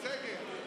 בסגר.